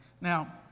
Now